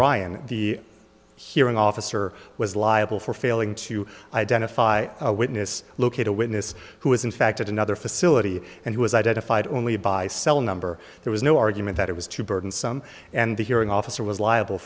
the hearing officer was liable for failing to identify a witness locate a witness who was in fact at another facility and he was identified only by cell number there was no argument that it was too burdensome and the hearing officer was liable